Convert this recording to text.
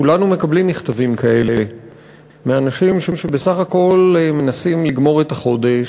כולנו מקבלים מכתבים כאלה מאנשים שבסך הכול מנסים לגמור את החודש,